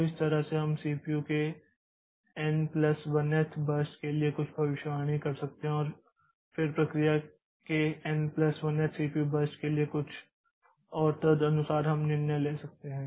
तो इस तरह से हम सीपीयू के n प्लस 1thn1th बर्स्ट के लिए कुछ भविष्यवाणी कर सकते हैं और फिर प्रक्रिया के n plus 1thn1th CPU burst के लिए और तदनुसार हम निर्णय ले सकते हैं